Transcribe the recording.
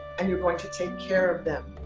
and you're going to take care of them.